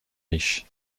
riches